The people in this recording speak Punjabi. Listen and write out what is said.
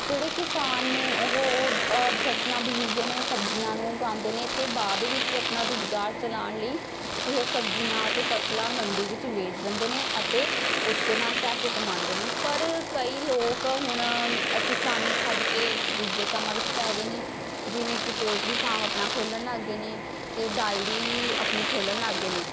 ਜਿਹੜੇ ਕਿਸਾਨ ਨੇ ਉਹ ਫ਼ਸਲਾਂ ਬੀਜਦੇ ਨੇ ਸਬਜ਼ੀਆਂ ਨੂੰ ਉਗਾਉਂਦੇ ਨੇ ਅਤੇ ਬਾਅਦ ਵਿੱਚ ਆਪਣਾ ਰੁਜ਼ਗਾਰ ਚਲਾਉਣ ਲਈ ਇਹ ਸਬਜ਼ੀਆਂ ਅਤੇ ਫ਼ਸਲਾਂ ਮੰਡੀ ਵਿੱਚ ਵੇਚ ਦਿੰਦੇ ਨੇ ਅਤੇ ਉਸ ਦੇ ਨਾਲ ਪੈਸੇ ਕਮਾਉਂਦੇ ਨੇ ਪਰ ਕਈ ਲੋਕ ਹੁਣ ਕਿਸਾਨੀ ਛੱਡ ਕੇ ਦੂਜੇ ਕੰਮਾਂ ਵਿੱਚ ਪੈ ਗਏ ਨੇ ਜਿਵੇਂ ਕਿ ਪੋਲਟਰੀ ਫਾਰਮ ਆਪਣਾ ਖੋਲ੍ਹਣ ਲੱਗ ਗਏ ਨੇ ਅਤੇ ਡੇਅਰੀ ਆਪਣੀ ਖੋਲ੍ਹਣ ਲੱਗ ਗਏ ਨੇ